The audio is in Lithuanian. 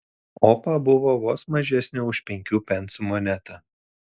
opa buvo vos mažesnė už penkių pensų monetą